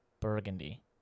Burgundy